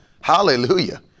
Hallelujah